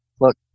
look